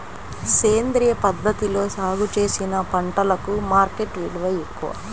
సేంద్రియ పద్ధతిలో సాగు చేసిన పంటలకు మార్కెట్ విలువ ఎక్కువ